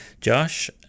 Josh